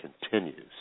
continues